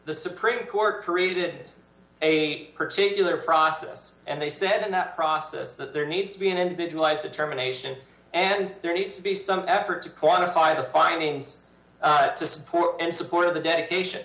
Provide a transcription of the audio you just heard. the supreme court created a particular process and they said in that process that there needs to be an individualized determination and there needs to be some effort to quantify the findings to support and support of the dedication